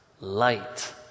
light